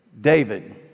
David